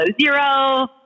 zero